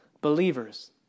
believers